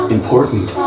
Important